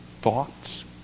thoughts